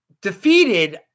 defeated